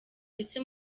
ese